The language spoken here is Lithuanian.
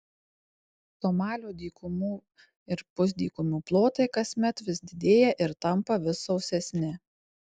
somalio dykumų ir pusdykumių plotai kasmet vis didėja ir tampa vis sausesni